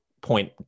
point